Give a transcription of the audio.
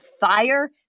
fire